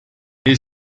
est